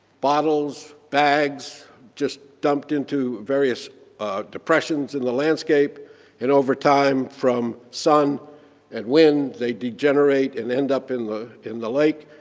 bottles, bags just dumped into various depressions in the landscape and over time, from sun and wind, they degenerate and end up in the in the lake,